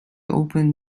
opened